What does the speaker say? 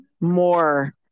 more